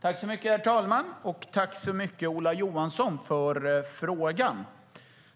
Herr talman! Jag tackar Ola Johansson för interpellationen.